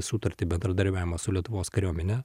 sutartį bendradarbiavimą su lietuvos kariuomene